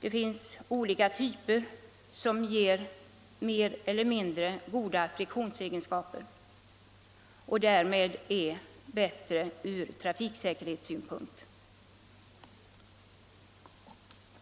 Det finns beläggningar med goda friktionsegenskaper som är bättre från trafiksäkerhetssynpunkt.